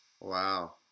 Wow